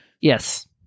Yes